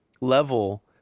level